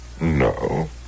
No